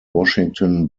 washington